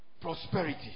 prosperity